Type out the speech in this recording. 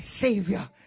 Savior